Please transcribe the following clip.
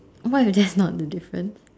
what if that's not the difference